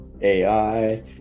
ai